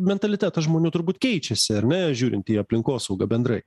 mentalitetas žmonių turbūt keičiasi ar ne žiūrint į aplinkosaugą bendrai